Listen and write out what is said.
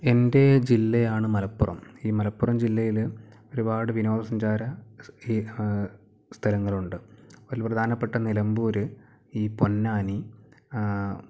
എൻ്റെ ജില്ലയാണ് മലപ്പുറം ഈ മലപ്പുറം ജില്ലയില് ഒരുപാട് വിനോദസഞ്ചാര ഈ സ്ഥലങ്ങളുണ്ട് അതിൽ പ്രധാനപ്പെട്ട നിലമ്പൂര് ഈ പൊന്നാനി